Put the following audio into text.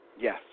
Yes